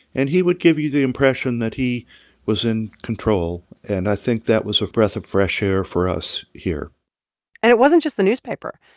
and he would give you the impression that he was in control. and i think that was a breath of fresh air for us here and it wasn't just the newspaper.